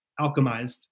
alchemized